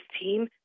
team